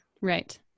Right